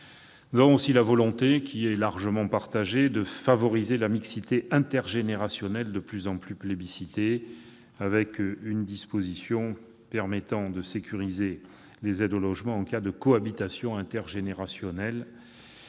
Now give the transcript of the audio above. Nous avons aussi la volonté, qui est largement partagée, de favoriser la mixité intergénérationnelle, de plus en plus plébiscitée. Nous avons ainsi prévu une disposition pour sécuriser les aides au logement en cas de cohabitation intergénérationnelle.